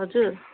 हजुर